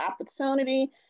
opportunity